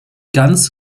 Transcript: ganz